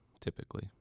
typically